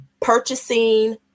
purchasing